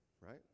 right